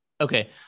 okay